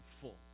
full